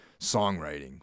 songwriting